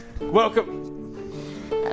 Welcome